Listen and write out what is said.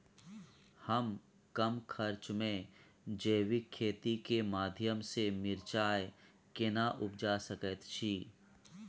हम कम खर्च में जैविक खेती के माध्यम से मिर्चाय केना उपजा सकेत छी?